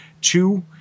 two